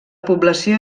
població